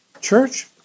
Church